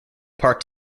part